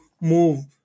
move